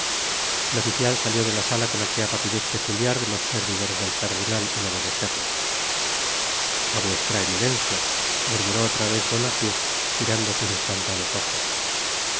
et oficial salió de la sala con aquella rapidez peculiar de los servidores del cardenal en obedecerle a vuestra eminencia murmuró otra vez bonacieux girando sus espantados ojos